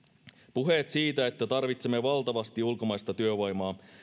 puheet siitä että tarvitsemme valtavasti ulkomaista työvoimaa